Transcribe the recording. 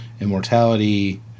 immortality